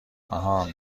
آهان